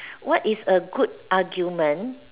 what is a good argument